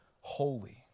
holy